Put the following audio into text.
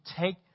take